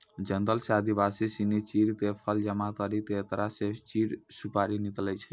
जंगल सॅ आदिवासी सिनि चीड़ के फल जमा करी क एकरा स चीड़ सुपारी निकालै छै